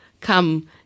Come